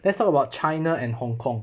let's talk about china and hong kong